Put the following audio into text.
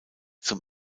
zum